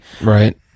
Right